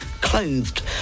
clothed